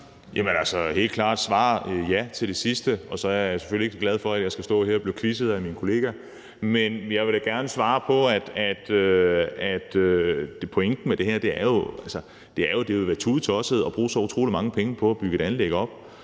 helt klart svare ja til det sidste. Så er jeg selvfølgelig ikke så glad for, at jeg skal stå her og blive quizzet af min kollega, men jeg vil da gerne svare. Pointen med det her er jo, at det ville være tudetosset at bruge så utrolig mange penge på at bygge et anlæg op